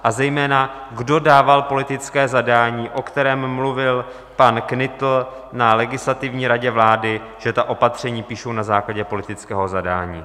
A zejména, kdo dával politické zadání, o kterém mluvil pan Knitl na Legislativní radě vlády, že ta opatření píšou na základě politického zadání?